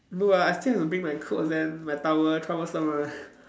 no ah I still have to bring my clothes then my towel troublesome ah